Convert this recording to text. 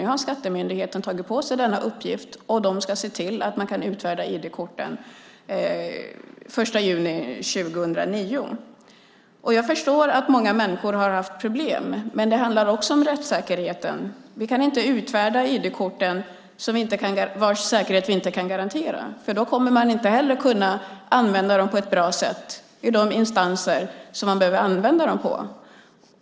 Nu har skattemyndigheten tagit på sig denna uppgift, och de ska se till att man kan utfärda ID-korten från den 1 juni 2009. Jag förstår att många människor har haft problem, men det handlar också om rättssäkerheten. Vi kan inte utfärda ID-kort vars säkerhet vi inte kan garantera, för då kommer man inte heller att kunna använda dem på ett bra sätt i de instanser där man behöver använda dem.